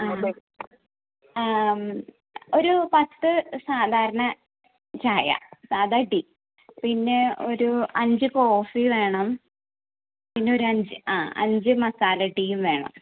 അ ഒരു പത്ത് സാധാരണ ചായ സാദാ ടീ പിന്നെ ഒരു അഞ്ച് കോഫി വേണം പിന്നെ ഒരു അഞ്ച് ആ അഞ്ച് മസാല ടീയും വേണം